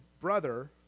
brother